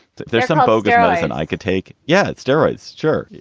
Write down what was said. there's some bogarts and i could take. yeah, it's steroids. sure.